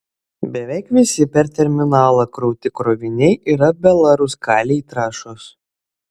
beveik visi per terminalą krauti kroviniai yra belaruskalij trąšos